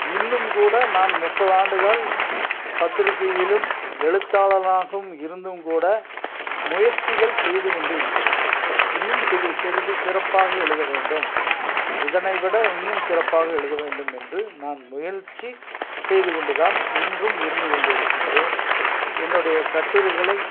இன்னும் கூட நான் முப்பது ஆண்டுகள் பத்திரிக்கையிலும் எழுத்தாளனாகவும் இருந்தும் கூட முயற்சிகள் செய்து கொண்டு உள்ளேன் இன்னும் சிறு சிறிது சிறப்பாக எழுத வேண்டும் இதனை விட இன்னும் சிறப்பாக எழுத வேண்டும் என்று நான் முயற்ச்சி செய்துகொண்டு தான் இன்றும் இருந்து கொண்டு இருக்கின்றேன் என்னுடைய கட்டுரைகளை